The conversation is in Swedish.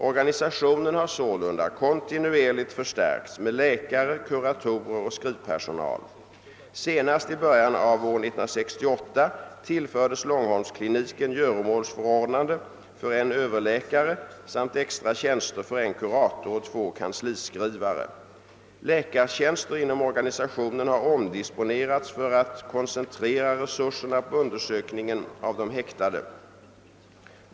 Organisationen har sålunda kontinuerligt förstärkts med läkare, kuratorer och skrivpersonal. Senast i början av år-1968 tillfördes Långholmskliniken göromålsförordnande för en Överläkare samt extra tjänster för en kurator och två kansliskrivare. Läkartjänster inom organisationen har omdisponerats för att koncentrera resurserna på undersökningen av de häktade.